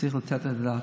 צריך לתת את הדעת.